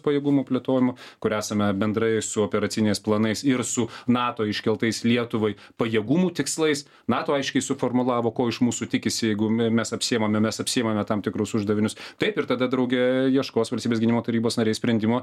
pajėgumų plėtojimu kur esame bendrai su operaciniais planais ir su nato iškeltais lietuvai pajėgumų tikslais nato aiškiai suformulavo ko iš mūsų tikisi jeigu me mes apsiimame mes apsiimame tam tikrus uždavinius taip ir tada drauge ieškos valstybės gynimo tarybos nariai sprendimo